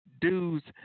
dudes